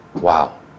Wow